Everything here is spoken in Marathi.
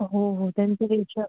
हो हो त्यांची ती इच्छा